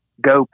go